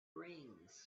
rings